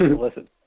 listen